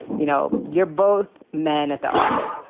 you know, you're both men at the office.